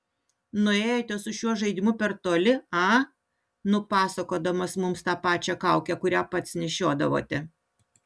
nuėjote su šiuo žaidimu per toli a nupasakodamas mums tą pačią kaukę kurią pats nešiodavote